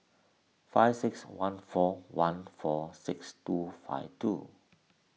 five six one four one four six two five two